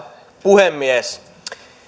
puhemies